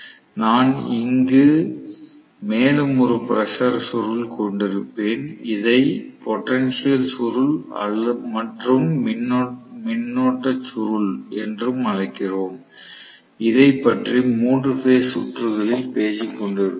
நான் இங்கு மேலும் 1 பிரஷர் சுருள் கொண்டிருப்பேன் இதை பொட்டன்ஷியல் சுருள் மற்றும் மின்னோட்ட சுருள் என்றும் அழைக்கிறோம் இதைப் பற்றி 3 பேஸ் சுற்றுகளில் பேசிக் கொண்டிருந்தோம்